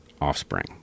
offspring